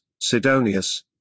Sidonius